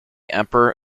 emperor